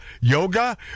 yoga